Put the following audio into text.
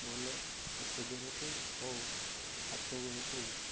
ଭଲ ସତେଜ ରଖେ ଓ ହାତ ଗୋଡ଼କୁ